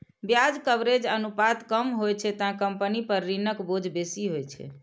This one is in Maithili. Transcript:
ब्याज कवरेज अनुपात कम होइ छै, ते कंपनी पर ऋणक बोझ बेसी होइ छै